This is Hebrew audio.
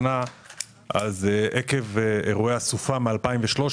עקב אירועי הסופה מ-2013,